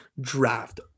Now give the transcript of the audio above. draft